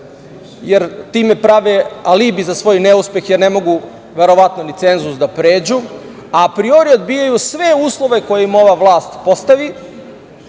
jer time prave alibi za svoje neuspehe, jer ne mogu, verovatno, ni cenzus da pređu, a apriori odbijaju sve uslove koje im ova vlast postavi,